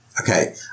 okay